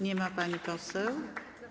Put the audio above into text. Nie ma pani poseł.